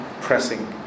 pressing